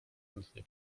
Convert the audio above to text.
chętnie